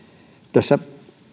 tässä